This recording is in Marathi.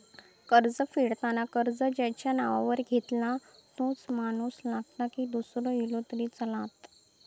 कर्ज फेडताना कर्ज ज्याच्या नावावर घेतला तोच माणूस लागता की दूसरो इलो तरी चलात?